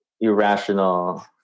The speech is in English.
irrational